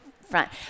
front